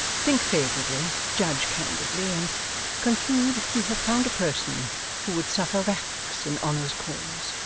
think favourably, judge candidly, and conclude you have found a person who would suffer racks in honour's cause,